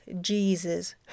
Jesus